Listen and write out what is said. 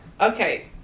Okay